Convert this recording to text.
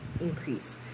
increase